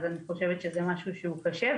אני חושבת שזה משהו שהוא קשה.